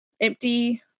empty